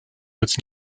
was